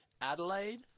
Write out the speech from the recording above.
Adelaide